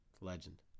Legend